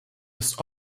ist